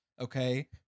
okay